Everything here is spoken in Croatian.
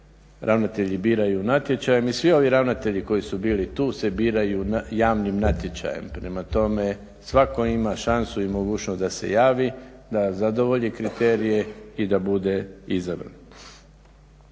ravnatelji biraju natječajem i svi ovi ravnatelji koji su bili tu se biraju javnim natječajem. Prema tome, svatko ima šansu i mogućnost da se javi, da zadovolji kriterije i da bude izabran.